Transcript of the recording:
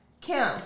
Kim